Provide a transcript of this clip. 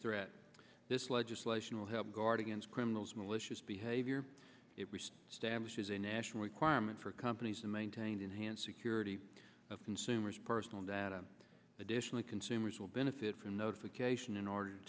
threat this legislation will help guard against criminals malicious behavior stablish is a national requirement for companies to maintain enhanced security of consumers personal data additionally consumers will benefit from notification in order to